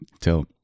till